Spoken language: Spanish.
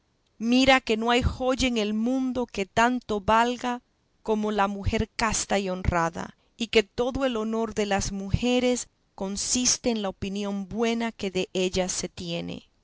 mira que no hay joya en el mundo que tanto valga como la mujer casta y honrada y que todo el honor de las mujeres consiste en la opinión buena que dellas se tiene